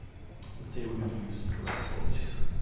let's say we're going to use some direct quotes here.